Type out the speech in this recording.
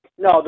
No